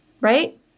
Right